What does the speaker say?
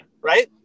right